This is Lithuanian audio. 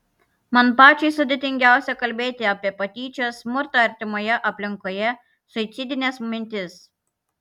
man pačiai sudėtingiausia kalbėti apie patyčias smurtą artimoje aplinkoje suicidines mintis